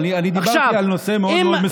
אני דיברתי על נושא מאוד מסוים.